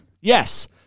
Yes